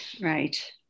right